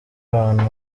abantu